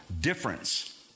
difference